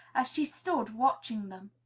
as she stood watching them.